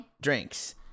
drinks